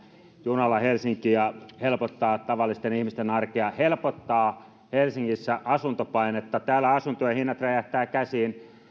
junalla helsinkiin ja helpottaa tavallisten ihmisten arkea helpottaa helsingissä asuntopainetta täällä asuntojen hinnat räjähtävät käsiin